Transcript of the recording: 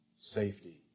safety